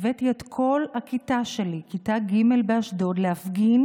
והבאתי את כל הכיתה שלי, כיתה ג' באשדוד, להפגין